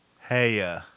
Hey